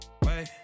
wait